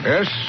Yes